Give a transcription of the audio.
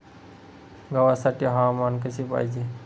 गव्हासाठी हवामान कसे पाहिजे?